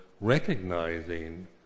recognizing